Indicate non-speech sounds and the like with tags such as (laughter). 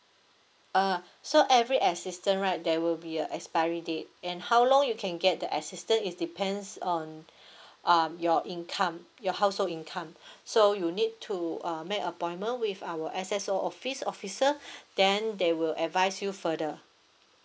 uh so every assistant right there will be a expiry date and how long you can get the assistant is depends on (breath) um your income your household income (breath) so you need to uh make appointment with our S_S_O office officer (breath) then they will advise you further